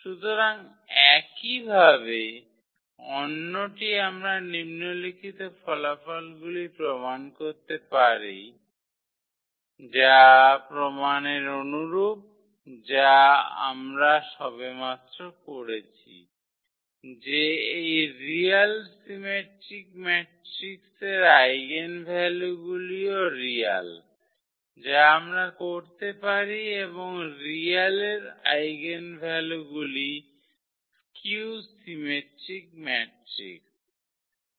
সুতরাং একইভাবে অন্যটি আমরা নিম্নলিখিত ফলাফলগুলি প্রমাণ করতে পারি যা প্রমাণের অনুরূপ যা আমরা সবেমাত্র করেছি যে এই রিয়াল সিমেট্রিক ম্যাট্রিক্সের আইগেনভ্যালুগুলিও রিয়াল যা আমরা করতে পারি এবং রিয়ালের আইগেনভ্যালুগুলি স্কিউ সিমেট্রিক ম্যাট্রিক্স